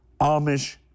Amish